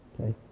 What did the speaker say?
okay